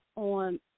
on